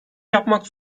yapmak